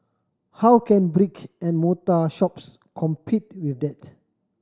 how can brick and mortar shops compete with that